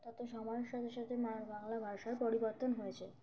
তত সময়ের সাথে সাথে মানুষ বাংলা ভাষার পরিবর্তন হয়েছে